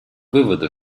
выводу